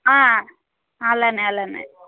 ఆ అలానే అలానే